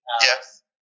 Yes